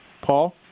Paul